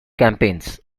campaigns